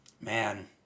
Man